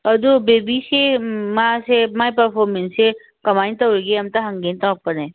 ꯑꯗꯨ ꯕꯦꯕꯤꯁꯤ ꯃꯥꯁꯦ ꯃꯥꯒꯤ ꯄꯔꯐꯣꯔꯃꯦꯟꯁꯁꯦ ꯀꯃꯥꯏꯅ ꯇꯧꯔꯤꯒꯦ ꯑꯝꯇ ꯍꯪꯒꯦꯅ ꯇꯧꯔꯛꯄꯅꯦ